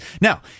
now